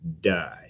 die